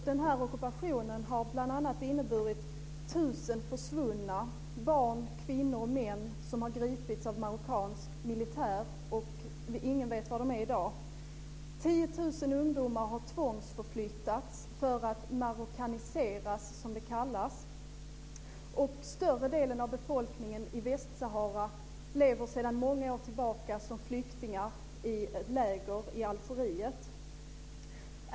Denna ockupation har bl.a. inneburit 1 000 försvunna - barn, kvinnor och män som har gripits av marockansk militär. Ingen vet var de finns i dag. 10 000 ungdomar har tvångsförflyttats för att marockaniseras, som det heter, och större delen av befolkningen i Västsahara lever sedan många år tillbaka som flyktingar i läger i Algeriet.